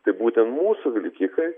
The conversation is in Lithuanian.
tai būtent mūsų vilkikai